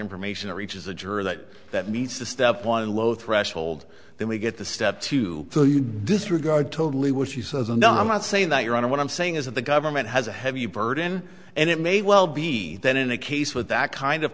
information reaches a juror that that needs to step one low threshold then we get the step two so you disregard totally what she says and ahmed saying that your honor what i'm saying is that the government has a heavy burden and it may well be that in a case with that kind of